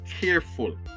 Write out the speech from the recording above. careful